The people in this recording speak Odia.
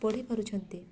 ପଢ଼ିପାରୁଛନ୍ତି